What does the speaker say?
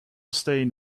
staying